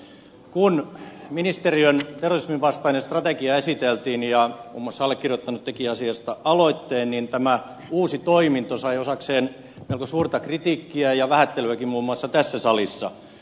kun ministeriön terrorisminvastainen strategia esiteltiin ja muun muassa allekirjoittanut teki asiasta aloitteen niin tämä uusi toiminto sai osakseen melko suurta kritiikkiä ja vähättelyäkin muun muassa tässä salissa